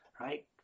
Right